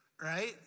Right